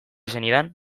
zenidan